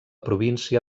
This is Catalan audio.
província